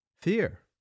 fear